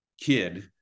kid